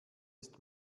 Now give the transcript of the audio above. ist